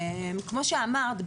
כמו שאמרת,